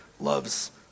loves